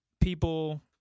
People